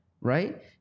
right